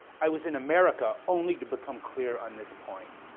i was in america only to become clear on this point.